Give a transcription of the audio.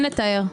אין לתאר.